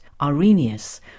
Arrhenius